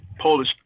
Polish